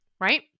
right